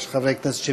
יש חברי כנסת שביקשו.